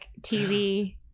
TV